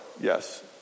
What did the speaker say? yes